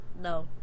No